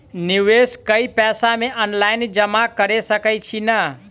निवेश केँ पैसा मे ऑनलाइन जमा कैर सकै छी नै?